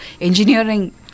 engineering